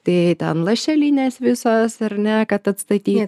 tai ten lašelinės visos ar ne kad atstatyti